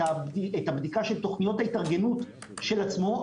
את הבדיקה של התכניות של ההתארגנות של עצמו.